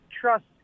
trust